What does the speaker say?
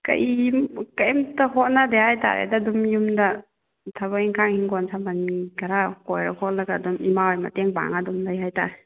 ꯀꯩ ꯀꯩꯝꯇ ꯍꯣꯠꯅꯗꯦ ꯍꯥꯏꯇꯥꯔꯦꯗ ꯑꯗꯨꯝ ꯌꯨꯝꯗ ꯊꯕꯛ ꯏꯪꯈꯥꯡ ꯍꯤꯡꯒꯣꯜ ꯁꯝꯕꯜ ꯈꯔ ꯀꯣꯏꯔ ꯈꯣꯠꯂꯒ ꯑꯗꯨꯝ ꯏꯃꯥ ꯍꯣꯏ ꯃꯇꯦꯡ ꯄꯥꯡꯉꯒ ꯑꯗꯨꯝ ꯂꯩ ꯍꯥꯏꯇꯥꯔꯦ